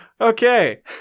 Okay